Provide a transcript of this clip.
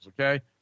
okay